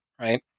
right